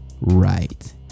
right